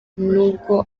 nubwo